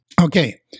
Okay